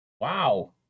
Wow